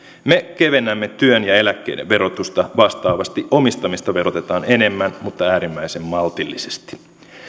me kevennämme työn ja eläkkeiden verotusta vastaavasti omistamista verotetaan enemmän mutta äärimmäisen maltillisesti